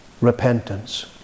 repentance